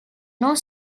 non